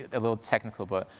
a little technical but,